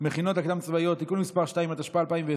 המכינות הקדם-צבאיות (תיקון מס' 2), התשפ"א 2020,